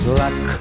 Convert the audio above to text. luck